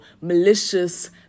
malicious